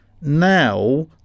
now